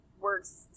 works